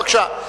בבקשה.